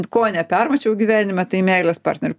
ko nepermačiau gyvenime tai meilės partnerių